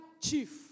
chief